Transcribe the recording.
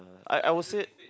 I I would said